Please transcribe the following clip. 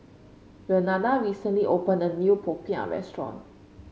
Renada recently opened a new popiah restaurant